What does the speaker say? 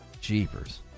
jeepers